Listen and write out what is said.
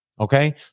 Okay